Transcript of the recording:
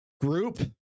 Group